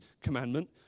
commandment